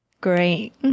Great